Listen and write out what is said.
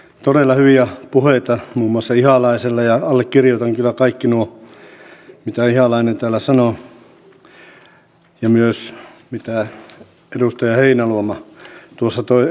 todella hyviä puheita muun muassa ihalaisella ja allekirjoitan kyllä kaikki nuo mitä ihalainen täällä sanoi ja myös mitä edustaja heinäluoma tuossa toi esille